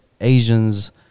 Asians